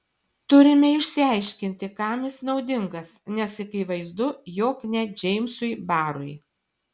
turime išsiaiškinti kam jis naudingas nes akivaizdu jog ne džeimsui barui